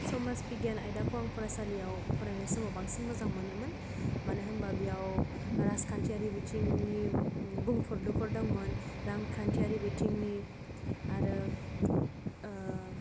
समाज बिगियान आयदाखौ आं फरायसालियाव फरायनाय समाव बांसिन मोजां मोनोमोन मानो होनबा बेयाव राजखान्थियारि बिथिंनि बुंफोरलुफोर दंमोन रांखान्थियारि बिथिंनि आरो